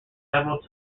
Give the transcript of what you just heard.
several